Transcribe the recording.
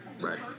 Right